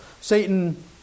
Satan